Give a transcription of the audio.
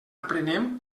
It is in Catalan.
aprenem